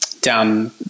down